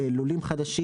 לולים חדשים.